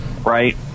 Right